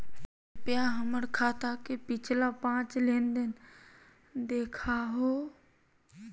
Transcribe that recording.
कृपया हमर खाता के पिछला पांच लेनदेन देखाहो